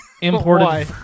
Imported